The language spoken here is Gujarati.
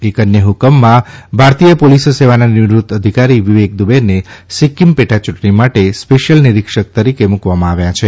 એક અન્ય હકમમાંભારતીય પોલીસ સેવાના નિવૃત્ત અધિકારી વિવેક દુબેને સિક્કીમ પેટા યૂંટણી માટે સ્પેશિયલનિરીક્ષક તરીકે મૂકવામાં આવ્યા છે